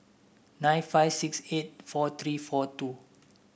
nine five six eight four three four two